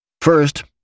First